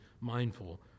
mindful